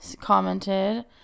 commented